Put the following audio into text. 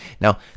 Now